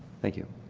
thank you.